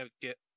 get